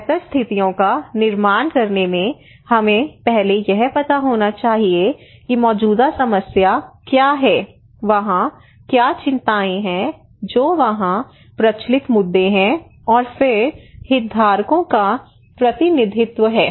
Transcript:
बेहतर स्थितियों का निर्माण करने में हमें पहले यह पता होना चाहिए कि मौजूदा समस्या क्या है वहाँ क्या चिंताएँ हैं जो वहाँ प्रचलित मुद्दे हैं और फिर हितधारकों का प्रतिनिधित्व है